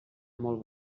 molt